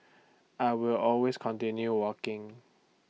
I will always continue walking